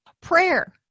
Prayer